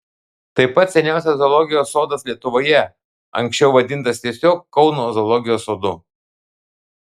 tai pats seniausias zoologijos sodas lietuvoje anksčiau vadintas tiesiog kauno zoologijos sodu